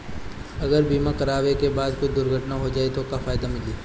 अगर बीमा करावे के बाद कुछ दुर्घटना हो जाई त का फायदा मिली?